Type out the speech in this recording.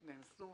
נאנסו,